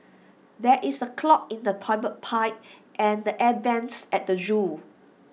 there is A clog in the Toilet Pipe and the air Vents at the Zoo